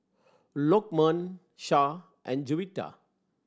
Lokman Shah and Juwita